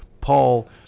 Paul